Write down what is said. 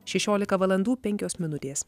šešiolika valandų penkios minutės